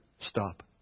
stop